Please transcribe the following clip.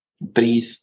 breathe